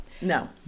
No